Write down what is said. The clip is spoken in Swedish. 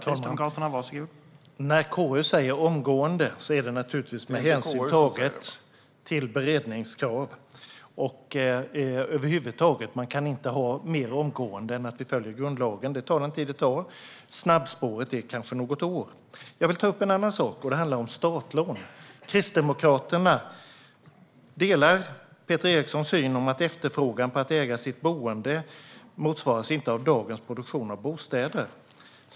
Herr talman! När ett utskott säger "omgående" är det naturligtvis med hänsyn taget till beredningskraven. Man kan över huvud taget inte göra något mer omgående än att vi samtidigt följer grundlagen. Det tar den tid det tar. Snabbspåret är kanske på något år. Jag vill ta upp en annan sak, och det är startlån. Kristdemokraterna delar Peter Erikssons syn på att efterfrågan på att äga sitt boende inte motsvaras av dagens produktion av bostäder.